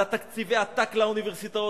על תקציבי העתק לאוניברסיטאות?